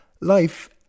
life